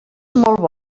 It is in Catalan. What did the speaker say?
molt